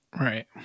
Right